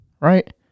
Right